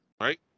Right